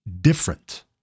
different